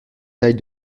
taille